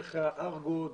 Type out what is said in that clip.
דרך ה-ארגו,